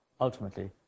ultimately